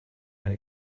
and